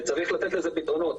וצריך לתת לזה פתרונות.